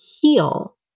heal